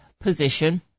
position